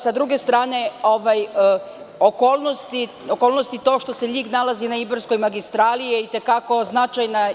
S druge strane, okolnost što se Ljig nalazi na Ibarskoj magistrali je i te kako značajna.